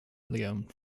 leone